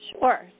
Sure